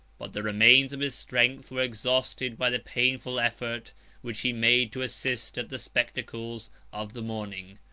but the remains of his strength were exhausted by the painful effort which he made to assist at the spectacles of the morning.